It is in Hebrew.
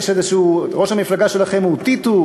ראש המפלגה שלהם הוא טיטוס,